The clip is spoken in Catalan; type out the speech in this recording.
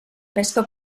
pesca